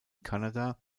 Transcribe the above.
kanada